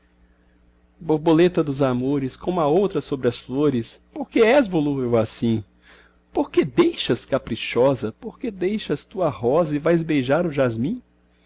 borboleta dos amores como a outra sobre as flores porque és volúvel assim porque deixas caprichosa porque deixas tu a rosa e vais beijar o jasmim